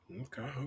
Okay